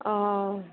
অঁ